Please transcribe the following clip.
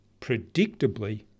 predictably